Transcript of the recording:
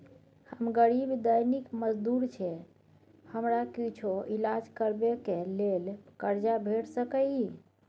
हम गरीब दैनिक मजदूर छी, हमरा कुछो ईलाज करबै के लेल कर्जा भेट सकै इ?